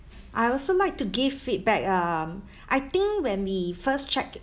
I also like to give feedback um I think when we first check